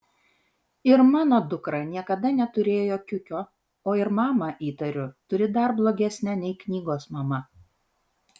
ir mano dukra niekada neturėjo kiukio o ir mamą įtariu turi dar blogesnę nei knygos mama